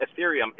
Ethereum